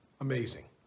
Amazing